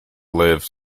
lives